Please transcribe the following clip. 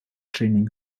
training